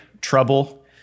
trouble